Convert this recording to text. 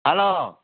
hello